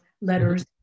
letters